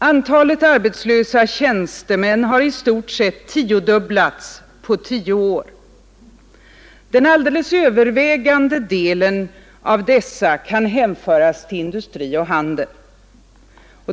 Antalet arbetslösa tjänstemän har i stort sett tiodubblats på tio år. Den alldeles övervägande delen av dessa kan hänföras till industri och handel.